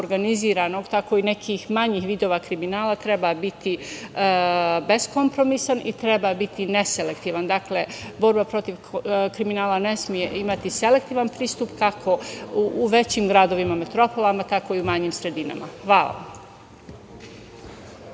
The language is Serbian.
organizovanog, tako i nekih manjih vidova kriminala, treba biti beskompromisan i treba biti neselektivan. Borba protiv kriminala ne sme imati selektivan pristup, kako u većim gradovima, metropolama, tako i u manjim sredinama. Hvala.